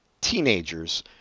teenagers